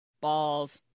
Balls